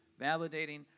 validating